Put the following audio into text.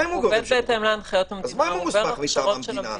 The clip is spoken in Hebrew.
הוא עובד בהתאם להנחיות של המדינה.